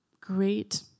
great